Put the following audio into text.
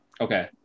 okay